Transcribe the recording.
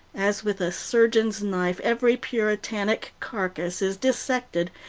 as with a surgeon's knife every puritanic carcass is dissected,